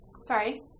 Sorry